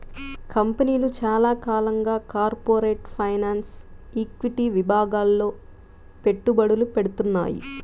కంపెనీలు చాలా కాలంగా కార్పొరేట్ ఫైనాన్స్, ఈక్విటీ విభాగాల్లో పెట్టుబడులు పెడ్తున్నాయి